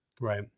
Right